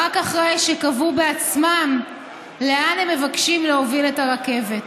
אחרי שקבעו בעצמם לאן הם מבקשים להוביל את הרכבת.